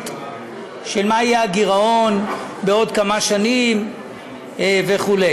מה יהיה הגירעון בעוד כמה שנים וכו'.